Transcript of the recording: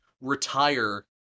retire